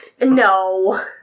No